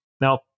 Now